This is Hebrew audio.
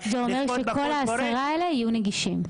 קורא --- זה אומר שכל העשרה האלה יהיו נגישים.